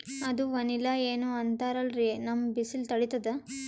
ಅದು ವನಿಲಾ ಏನೋ ಅಂತಾರಲ್ರೀ, ನಮ್ ಬಿಸಿಲ ತಡೀತದಾ?